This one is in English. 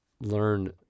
learn